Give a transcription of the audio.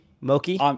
Moki